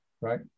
right